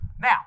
Now